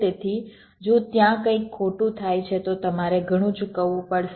તેથી જો ત્યાં કંઈક ખોટું થાય છે તો તમારે ઘણું ચૂકવવું પડશે